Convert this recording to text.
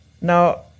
Now